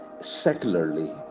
secularly